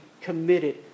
committed